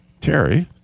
Terry